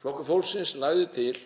Flokkur fólksins lagði til